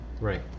right